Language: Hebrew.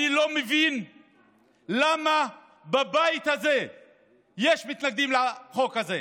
אני לא מבין למה בבית הזה יש מתנגדים לחוק הזה.